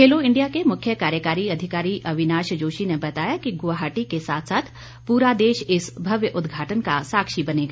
खेलों इंडिया के मुख्य कार्यकारी अधिकारी अविनाश जोशी ने बताया कि गुवाहाटी के साथ साथ पूरा देश इस भव्य उद्घाटन का साक्षी बनेगा